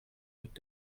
mit